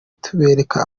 tubereka